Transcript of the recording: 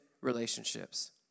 relationships